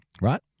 Right